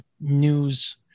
news